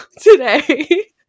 today